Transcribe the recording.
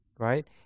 Right